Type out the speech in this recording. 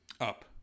up